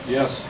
Yes